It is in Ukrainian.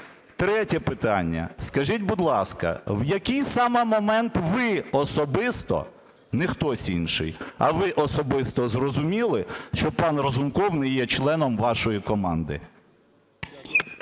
Третє питання. Скажіть, будь ласка, в який саме момент ви особисто, не хтось інший, а ви особисто зрозуміли, що пан Разумков не є членом вашої команди?